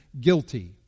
guilty